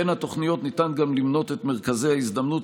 בין התוכניות אפשר ם למנות את מרכזי ההזדמנות,